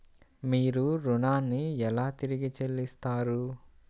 మీరు ఋణాన్ని ఎలా తిరిగి చెల్లిస్తారు?